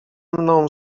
mną